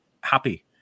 happy